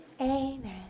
Amen